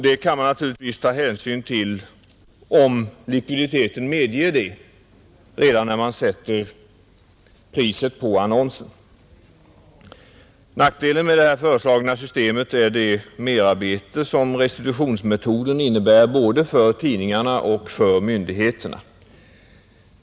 Det kan man ta hänsyn till, om likviditeten medger det, redan när man sätter priset på annonsen. Nackdelen med det föreslagna systemet är det merarbete som restitutionsmetoden innebär både för tidningarna och för myndigheterna.